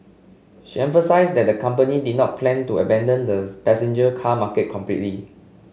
she emphasised that the company did not plan to abandon the passenger car market completely